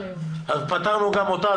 אז פתרנו גם אותה,